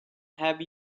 have